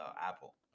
Apple